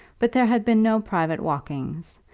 but there had been no private walkings,